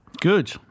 Good